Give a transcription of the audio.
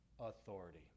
Authority